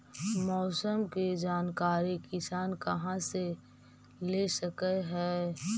मौसम के जानकारी किसान कहा से ले सकै है?